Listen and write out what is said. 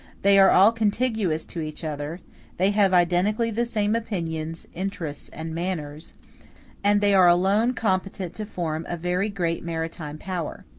they are all contiguous to each other they have identically the same opinions, interests, and manners and they are alone competent to form a very great maritime power.